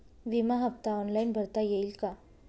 विमा हफ्ता ऑनलाईन भरता येईल का?